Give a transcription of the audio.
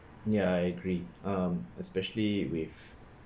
ya I agree um especially with